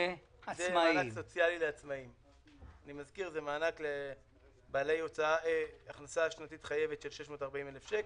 אני מזכיר שזה מענק לבעלי הכנסה שנתית חייבת של 640,000 שקל,